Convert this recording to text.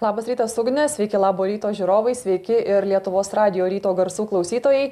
labas rytas ugne sveiki labo ryto žiūrovai sveiki ir lietuvos radijo ryto garsų klausytojai